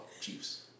Chiefs